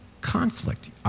conflict